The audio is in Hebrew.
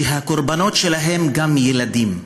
שהקורבנות שלהם גם ילדים.